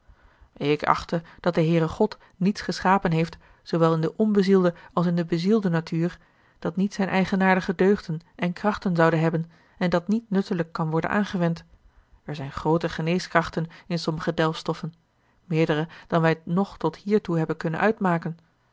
ik achte dat de heere god niets geschapen heeft zoowel in de onbezielde als in de bezielde natuur dat niet zijne eigenaardige deugden en krachten zoude hebben en dat niet nuttelijk kan worden aangewend er zijn groote geneeskrachten in sommige delfstoffen meerdere dan wij nog tot hiertoe hebben konnen uitmaken